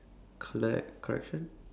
collect correction